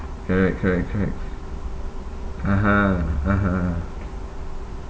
correct correct correct (uh huh) (uh huh)